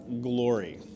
glory